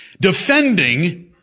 defending